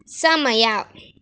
ಸಮಯ